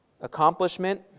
accomplishment